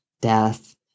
death